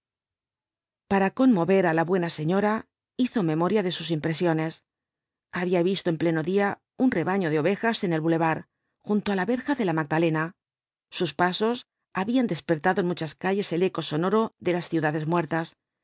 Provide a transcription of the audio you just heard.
para conmover á la buena señora hizo memoria de sus impresiones había visto en pleno día un rebaño de ovejas en el bulevar junto á la verja de la magdalena sus pasos habían despertado en muchas calles el eco sonoro de las ciudades muertas